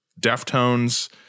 deftones